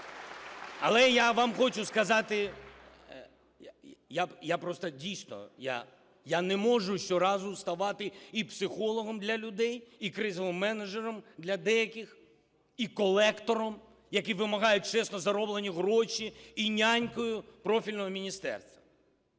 Але я вам хочу сказати, я просто, дійсно, я не можу щоразу ставати і психологом для людей, і кризовим менеджером для деяких, і колектором, який вимагає чесно зароблені гроші, і нянькою профільного міністерства.